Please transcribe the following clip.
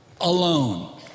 alone